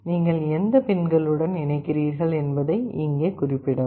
நீங்கள் எந்த பின்களுடன் இணைக்கிறீர்கள் என்பதை இங்கே குறிப்பிடவும்